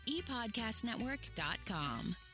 epodcastnetwork.com